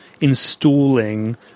installing